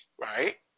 Right